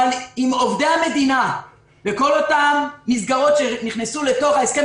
אבל לגבי עובדי המדינה וכל אותן המסגרות שנכנסו לתוך ההסכם